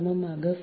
சமமாக 0